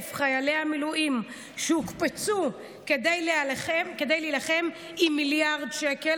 חיילי המילואים שהוקפצו כדי להילחם היא מיליארד שקל,